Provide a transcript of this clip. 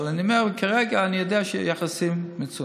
אבל אני אומר שכרגע אני יודע שהיחסים מצוינים.